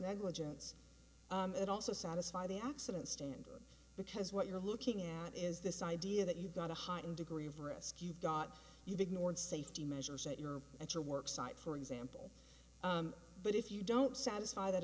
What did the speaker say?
negligence and also satisfy the accident stand because what you're looking at is this idea that you've got a heightened degree of risk you've got you've ignored safety measures at your at your work site for example but if you don't satisfy that